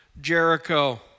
Jericho